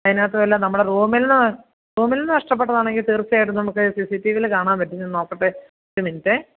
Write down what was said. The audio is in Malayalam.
അതിനകത്ത് വല്ല നമ്മുടെ റൂമിൽനിന്ന് റൂമിൽനിന്ന് നഷ്ട്ടപ്പെട്ടതാണെങ്കിൽ തീർച്ചയായിട്ടും നമുക്ക് സി സി ടി വി യിൽ കാണാൻ പറ്റും ഞാൻ നോക്കട്ടേ ഒരു മിനിറ്റേ